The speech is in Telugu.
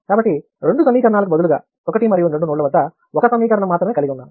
కాబట్టి రెండు సమీకరణాలకు బదులుగా 1 మరియు 2 నోడ్ల వద్ద ఒక సమీకరణం మాత్రమే కలిగి ఉన్నాను